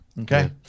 Okay